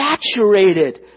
saturated